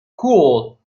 cool